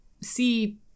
see